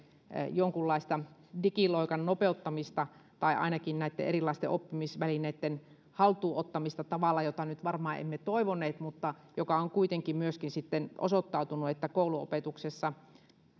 jonkunlaista digiloikan nopeuttamista tai ainakin näitten erilaisten oppimisvälineitten haltuun ottamista tavalla jota varmaan emme toivoneet mutta on kuitenkin myöskin sitten osoittautunut että kouluopetuksessa